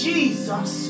Jesus